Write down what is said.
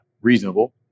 reasonable